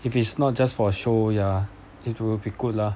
if it's not just for show ya it will be good lah